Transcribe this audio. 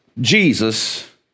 Jesus